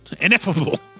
Ineffable